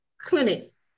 clinics